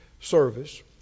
service